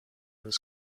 was